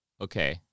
Okay